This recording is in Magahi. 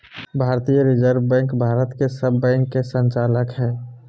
भारतीय रिजर्व बैंक भारत के सब बैंक के संचालक हइ